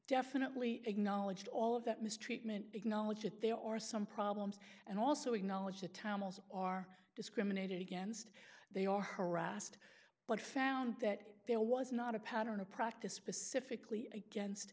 definitely acknowledged all of that mistreatment acknowledge that there are some problems and also acknowledge the tamils are discriminated against they are harassed but found that there was not a pattern a practice specifically against